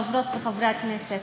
חברות וחברי הכנסת,